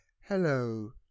hello